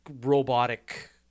robotic